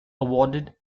awarded